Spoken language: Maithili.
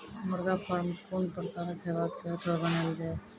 मुर्गा फार्म कून प्रकारक हेवाक चाही अथवा बनेल जाये?